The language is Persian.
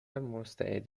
مستعد